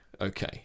okay